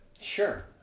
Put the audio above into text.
Sure